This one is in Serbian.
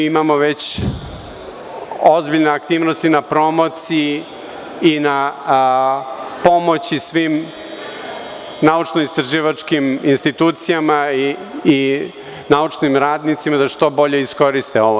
Već imamo ozbiljne aktivnosti na promociji i na pomoći svim naučno-istraživačkim institucijama i naučnim radnicima da što bolje iskoriste ovo.